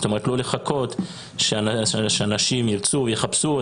לא לחכות שאנשים יחפשו,